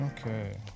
Okay